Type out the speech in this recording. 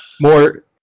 more